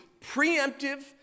preemptive